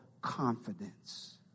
confidence